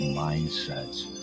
mindsets